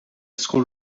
school